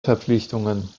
verpflichtungen